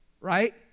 right